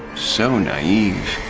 so naive.